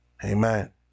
Amen